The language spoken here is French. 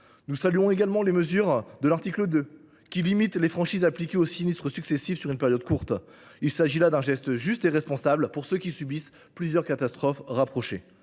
Nous approuvons également l’article 2, qui limite les franchises appliquées aux sinistres successifs sur une période courte. Il s’agit là d’un geste juste et responsable pour ceux qui subissent plusieurs catastrophes rapprochées.